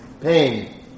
pain